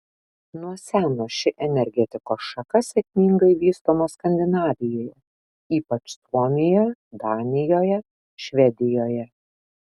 nuo seno ši energetikos šaka sėkmingai vystoma skandinavijoje ypač suomijoje danijoje švedijoje